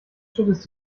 schüttest